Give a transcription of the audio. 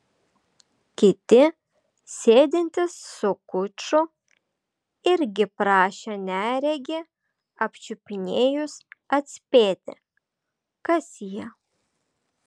kiti sėdintys su kuču irgi prašė neregį apčiupinėjus atspėti kas jie